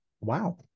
Wow